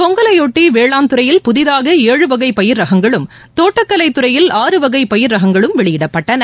பொங்கலையொட்டி வேளான் துறையில் புதிதாக ஏழு வகை பயிர் ரகங்களும் தோட்டக்கலைத்துறையில் ஆறு வகை பயிர் ரகங்களும் வெளியிடப்பட்டன